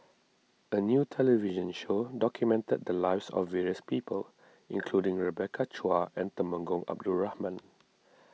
a new television show documented the lives of various people including Rebecca Chua and Temenggong Abdul Rahman